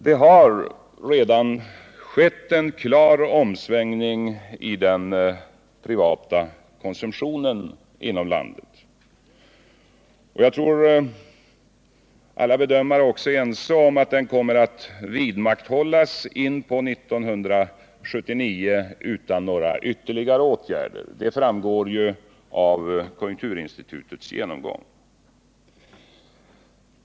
Det har redan skett en klar omsvängning beträffande den privata konsumtionen inom landet. Jag tror också att alla bedömare är ense om att uppgången kommer att fortsätta in på 1979, utan att det vidtas några ytterligare åtgärder, vilket också framgår av konjunkturinstitutets genomgång.